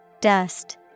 Dust